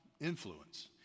influence